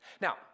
Now